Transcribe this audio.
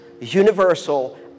universal